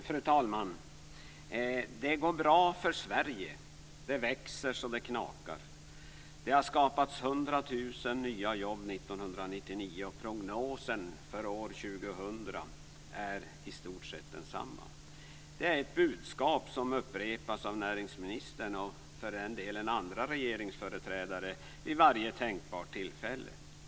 Fru talman! Det går bra för Sverige. Det växer så det knakar. Det har skapats 100 000 nya jobb 1999, och prognosen för år 2000 är i stort sett densamma. Det är ett budskap som upprepas av näringsministern och för den delen även av andra regeringsföreträdare vid varje tänkbart tillfälle.